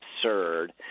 absurd